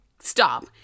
stop